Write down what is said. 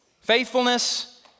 Faithfulness